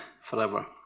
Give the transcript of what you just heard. forever